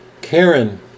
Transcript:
Karen